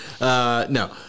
No